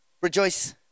Rejoice